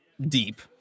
deep